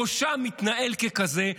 ראשה מתנהל ככזה,